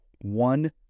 one